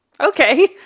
okay